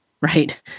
right